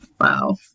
Wow